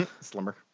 Slimmer